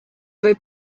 võib